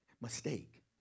mistake